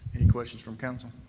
questions from council?